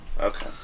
Okay